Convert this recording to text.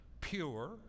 pure